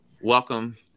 welcome